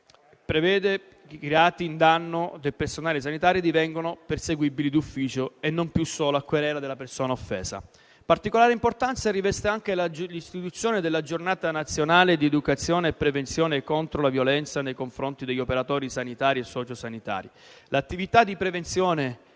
prevede che i reati in danno del personale sanitario divengano perseguibili d'ufficio e non più solo a querela della persona offesa. Particolare importanza riveste anche l'istituzione della Giornata nazionale di educazione e prevenzione contro la violenza nei confronti degli operatori sanitari e socio-sanitari. L'attività di prevenzione